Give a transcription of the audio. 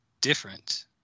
different